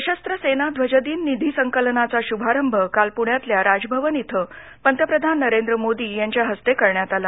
सशस्त्र सेना ध्वजदिन निधी संकलनाचा शुभारंभ काल पुण्यातल्या राजभवन इथं पंतप्रधान नरेंद्र मोदी यांच्या हस्ते करण्यात आला